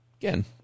again